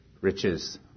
riches